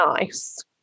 nice